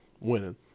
winning